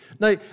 Now